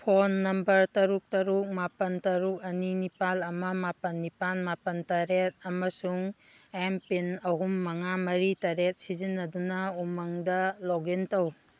phone number ꯇꯔꯨꯛ ꯇꯔꯨꯛ ꯃꯥꯄꯟ ꯇꯔꯨꯛ ꯑꯅꯤ ꯅꯤꯄꯥꯟ ꯑꯃ ꯃꯥꯞꯟ ꯅꯤꯄꯥꯟ ꯃꯥꯄꯟ ꯇꯔꯦꯠ ꯑꯃꯁꯨꯡ ꯑꯦꯝꯄꯤꯟ ꯑꯍꯨꯝ ꯃꯉꯥ ꯃꯔꯤ ꯇꯔꯦꯠ ꯁꯤꯖꯤꯟꯅꯗꯨꯅ ꯎꯃꯪꯗ ꯂꯣꯛꯏꯟ ꯇꯧ